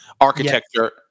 architecture